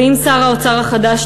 ואם שר האוצר החדש,